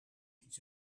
iets